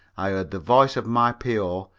i heard the voice of my p o.